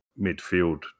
Midfield